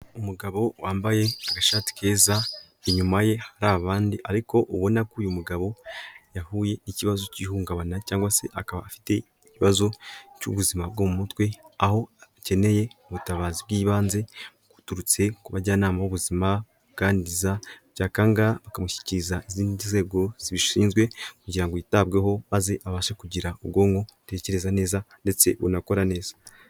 Umugabo wambaye agashati keza inyuma ye hari abandi ariko ubona ko uyu mugabo yahuye n'ikibazo kihungabana cyangwa se akaba afite ikibazo cy'ubuzima bwo mu mutwe, aho akeneye ubutabazi bw'ibanze buturutse ku bajyanama b'ubuzima bamuganiriza byakwanga bakamushyikiriza izindi nzego zibishinzwe kugira ngo yitabweho maze abashe kugira ubwonko butekereza neza ndetse bunakora neza.